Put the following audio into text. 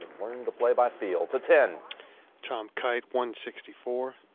learned to play by feel. to ten tom kite. one sixty-four,